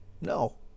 No